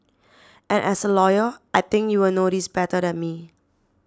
and as a lawyer I think you will know this better than me